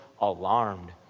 alarmed